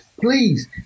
please